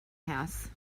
house